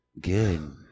Good